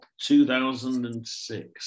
2006